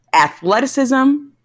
Athleticism